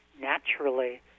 naturally